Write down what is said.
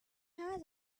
has